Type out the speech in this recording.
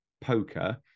poker